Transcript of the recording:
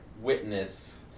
witness